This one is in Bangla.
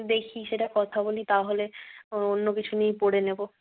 দেখি সেটা কথা বলি তাহলে অন্য কিছু নিয়েই পড়ে নেব